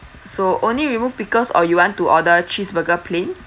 so only remove pickles or you want to order cheeseburger plain